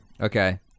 Okay